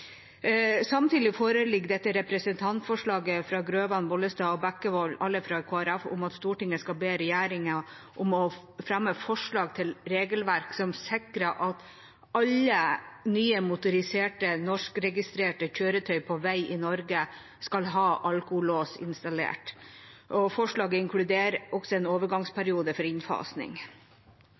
Samtidig foreligger det et representantforslag fra representantene Hans Fredrik Grøvan, Olaug V. Bollestad og Geir Jørgen Bekkevold fra Kristelig Folkeparti, der det heter: «Stortinget ber regjeringen fremme forslag til regelverk som sikrer at alle nye motoriserte norskregistrerte kjøretøy som ferdes på veiene i Norge, har alkolås installert.» Forslaget inkluderer en overgangsperiode for innfasing.